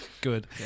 Good